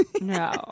no